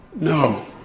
No